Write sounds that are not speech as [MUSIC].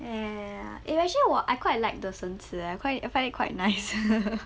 ya ya ya actually 我 I quite like the 绳子 eh I find it quite nice [LAUGHS]